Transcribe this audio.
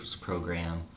program